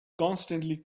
constantly